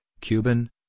Cuban